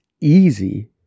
easy